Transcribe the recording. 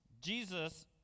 jesus